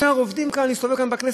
אני מסתובב כאן בכנסת,